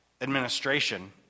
administration